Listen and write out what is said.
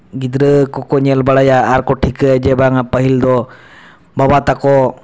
ᱜᱤᱫᱽᱨᱟᱹ ᱠᱚᱠᱚ ᱧᱮᱞ ᱵᱟᱲᱟᱭᱟ ᱟᱨᱠᱚ ᱴᱷᱤᱠᱟᱹᱭᱟ ᱡᱮ ᱵᱟᱝᱟ ᱯᱟᱹᱦᱤᱞᱫᱚ ᱵᱟᱵᱟ ᱛᱟᱠᱚ